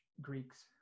Greeks